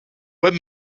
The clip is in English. what